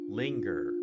linger